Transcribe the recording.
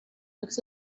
looks